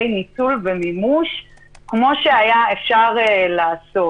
ניצול ומימוש כפי שהיה אפשר לעשות.